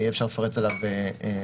יהיה אפשר לפרט עליו בהמשך.